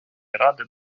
ради